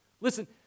listen